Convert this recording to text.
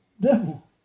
Devil